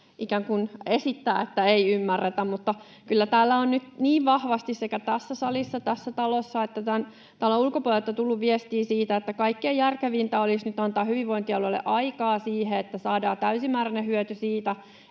ikään kuin esittää, että ei ymmärretä. Kyllä täällä on nyt niin vahvasti sekä tässä salissa, tässä talossa että tämän talon ulkopuolelta tullut viestiä siitä, että kaikkein järkevintä olisi nyt antaa hyvinvointialueille aikaa siihen, että saadaan täysimääräinen hyöty siitä,